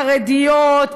חרדיות,